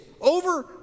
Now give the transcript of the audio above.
over